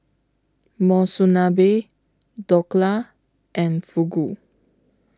Monsunabe Dhokla and Fugu